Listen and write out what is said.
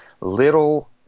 little